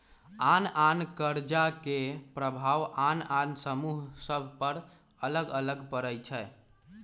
आन आन कर्जा के प्रभाव आन आन समूह सभ पर अलग अलग पड़ई छै